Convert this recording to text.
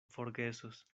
forgesos